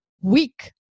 weak